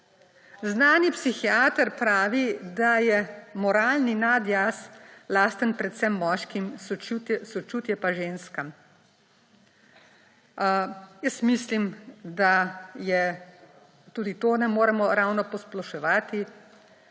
Znani psihiater pravi, da je moralni nadjaz lasten predvsem moškim, sočutje pa ženskam. Jaz mislim, da je, tudi to ne moremo ravno posploševati,